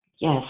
Yes